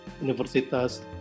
Universitas